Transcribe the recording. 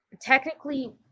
technically